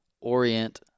Orient